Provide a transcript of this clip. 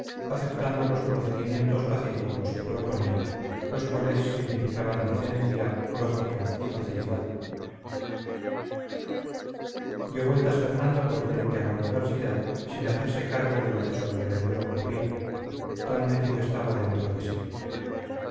aceptando los procedimientos pacíficos que proponía los cuales significaban decencia lógica y facilidad dio vueltas fernando por frente a la universidad sin hacerse cargo de lo que a su alrededor ocurría tan metido estaba dentro de sí